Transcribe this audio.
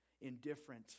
indifferent